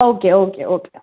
okay okay okay